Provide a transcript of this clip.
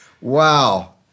Wow